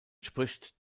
spricht